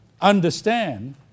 understand